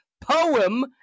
poem